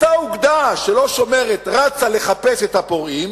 אותה אוגדה שלא שומרת רצה לחפש את הפורעים,